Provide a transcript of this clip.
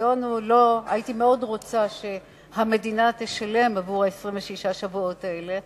הייתי מאוד רוצה שהמדינה תשלם עבור 26 השבועות האלה,